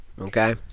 okay